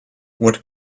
what